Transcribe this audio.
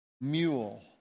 mule